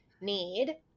need